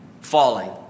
falling